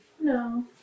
No